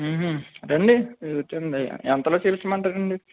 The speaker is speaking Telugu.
రండి కూర్చోండి ఎంతలో చూపించమని అంటారు అండి